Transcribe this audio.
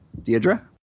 Deidre